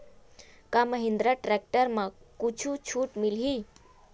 का महिंद्रा टेक्टर म कुछु छुट मिलही?